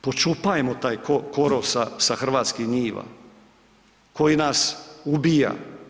Počupajmo taj korov sa, sa hrvatskih njiva koji nas ubija.